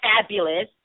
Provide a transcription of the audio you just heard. fabulous